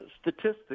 statistics